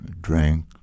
drink